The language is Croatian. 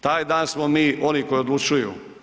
Taj dan smo mi oni koji odlučuju.